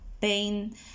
pain